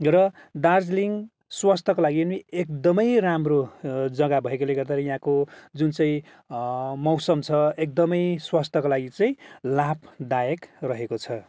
र दार्जिलिङ स्वस्थको लागि पनि एकदमै राम्रो जग्गा भएकोले गर्दा यहाँको जुन चाहिँ मौसम छ एकदमै स्वस्थको लागि चाहिँ लाभदायक रहेको छ